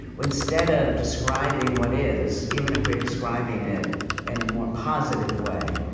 where instead of describing what is, even if we're describing it in a more positive way,